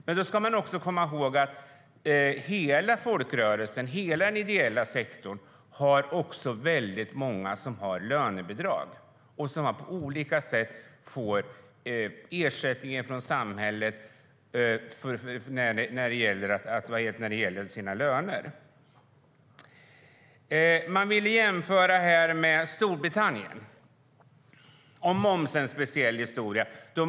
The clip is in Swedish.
Men vi ska komma ihåg att i den ideella sektorn är det många som har lönebidrag och som på olika sätt får ersättning från samhället. Moms är en speciell historia.